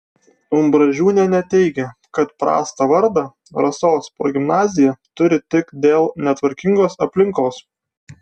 umbražūnienė teigė kad prastą vardą rasos progimnazija turi tik dėl netvarkingos aplinkos